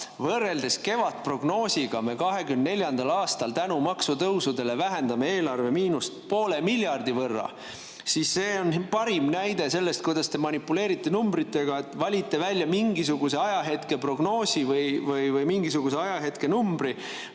võrreldes kevadprognoosiga me 2024. aastal tänu maksutõusudele vähendame eelarve miinust poole miljardi võrra. See on parim näide sellest, kuidas te manipuleerite numbritega: valite välja mingisuguse ajahetke prognoosi või mingisuguse ajahetke numbri